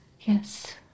Yes